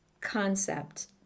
concept